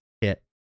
hit